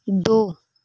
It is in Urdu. دو